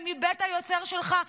זה מבית היוצר שלך.